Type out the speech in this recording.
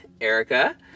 Erica